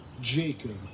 Jacob